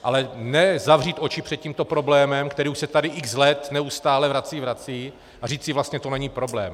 Ale ne zavřít oči před tímto problémem, který už se tady x let neustále vrací, vrací a říci: vlastně to není problém.